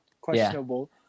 questionable